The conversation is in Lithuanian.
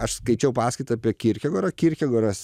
aš skaičiau paskaitą apie kirchegorą kirchegoras